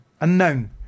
unknown